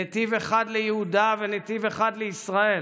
נתיב אחד ליהודה ונתיב אחד לישראל,